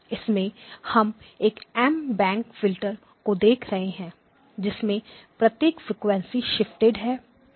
इसमें हम एक एम बैंक फिल्टर को देख रहे हैं जिसमें प्रत्येक फ्रीक्वेंसी शिफ्टेड है